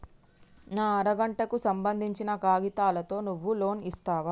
నా అర గంటకు సంబందించిన కాగితాలతో నువ్వు లోన్ ఇస్తవా?